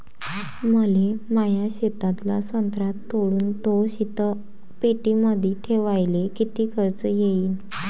मले माया शेतातला संत्रा तोडून तो शीतपेटीमंदी ठेवायले किती खर्च येईन?